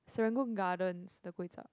Serangoon-Gardens the kway-chap